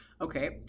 Okay